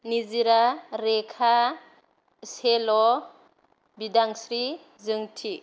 निजिरा रेखा सेल' बिदांस्रि जोंथि